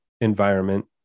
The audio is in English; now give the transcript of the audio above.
environment